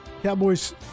Cowboys